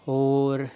और